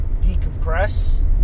decompress